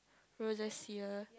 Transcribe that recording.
rosacea